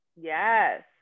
yes